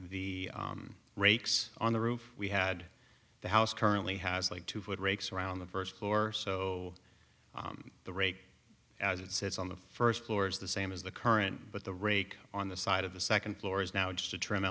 the rakes on the roof we had the house currently has like two foot rakes around the first floor so the rate as it sits on the first floors the same as the current but the rake on the side of the second floor is now just a trim